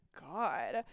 God